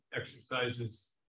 exercises